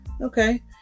okay